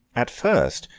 at first,